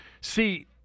See